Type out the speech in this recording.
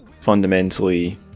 fundamentally